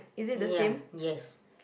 ya yes